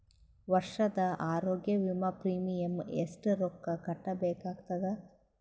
ವರ್ಷದ ಆರೋಗ್ಯ ವಿಮಾ ಪ್ರೀಮಿಯಂ ಎಷ್ಟ ರೊಕ್ಕ ಕಟ್ಟಬೇಕಾಗತದ?